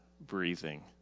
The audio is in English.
breathing